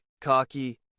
cocky